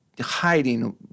hiding